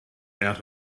out